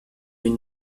une